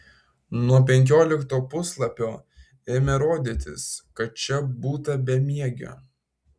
nuo penkiolikto puslapio ėmė rodytis kad čia būta bemiegio